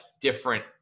different